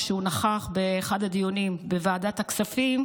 כשהוא נכח באחד הדיונים בוועדת הכספים,